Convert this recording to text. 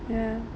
ya